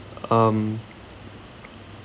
um